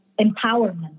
empowerment